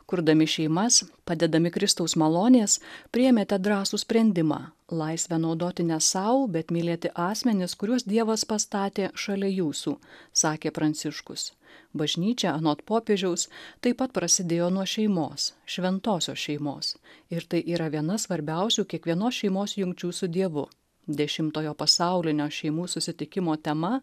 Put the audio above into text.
kurdami šeimas padedami kristaus malonės priėmėte drąsų sprendimą laisvę naudoti ne sau bet mylėti asmenis kuriuos dievas pastatė šalia jūsų sakė pranciškus bažnyčia anot popiežiaus taip pat prasidėjo nuo šeimos šventosios šeimos ir tai yra viena svarbiausių kiekvienos šeimos jungčių su dievu dešimtojo pasaulinio šeimų susitikimo tema